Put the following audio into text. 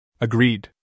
Agreed